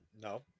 No